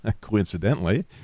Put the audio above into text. coincidentally